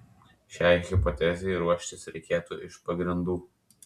šiai hipotezei ruoštis reikėtų iš pagrindų